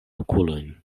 okulojn